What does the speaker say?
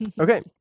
Okay